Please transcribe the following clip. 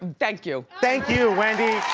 thank you. thank you, wendy,